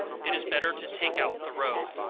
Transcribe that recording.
it is better to take out the roe.